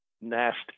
Nasty